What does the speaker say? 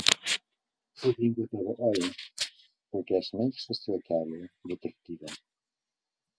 kur dingo tavo oi kokie šmaikštūs juokeliai detektyve